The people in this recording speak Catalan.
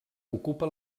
ocupa